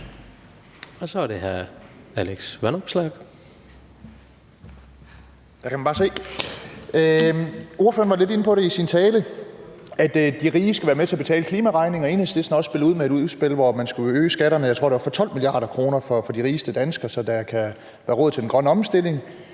Kl. 15:17 Alex Vanopslagh (LA): Der kan man bare se. Ordføreren var lidt inde på i sin tale, at de rige skal være med til at betale klimaregningen, og Enhedslisten har også spillet ud med, at man skulle øge skatterne, jeg tror, det var med 12 mia. kr., for de rigeste danskere, så der kan være råd til den grønne omstilling.